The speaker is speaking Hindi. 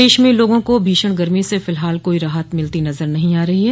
प्रदेश में लोगों को भीषण गर्मी से फिलहाल कोई राहत मिलती नजर नहीं आ रही ह